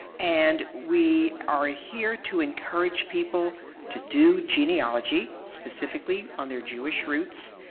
and we are ah here to encourage people to do genealogy, specifically on their jewish roots.